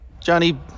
Johnny